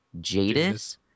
Jadis